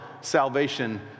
salvation